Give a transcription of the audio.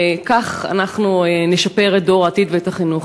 וכך אנחנו נשפר את דור העתיד ואת החינוך.